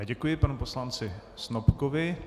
Děkuji panu poslanci Snopkovi.